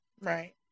Right